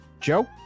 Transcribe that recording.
Joe